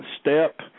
step